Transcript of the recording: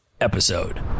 episode